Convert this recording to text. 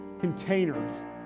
containers